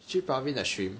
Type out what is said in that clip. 去 Pravin 的 stream